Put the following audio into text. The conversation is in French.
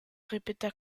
répéta